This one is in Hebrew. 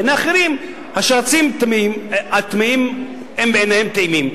בעיני אחרים השרצים הטמאים, הם בעיניהם טעימים.